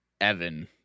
Evan